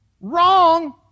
Wrong